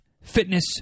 fitness